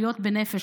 עלויות בנפש,